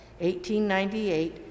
1898